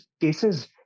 cases